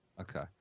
Okay